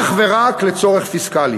אך ורק לצורך פיסקלי.